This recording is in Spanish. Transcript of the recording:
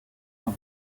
tom